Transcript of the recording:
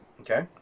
Okay